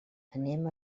anem